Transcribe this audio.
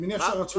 זה בעיניי רק טיפה.